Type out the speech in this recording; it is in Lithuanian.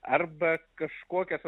arba kažkokias